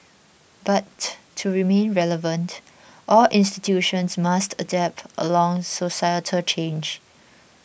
but to remain relevant all institutions must adapt along societal change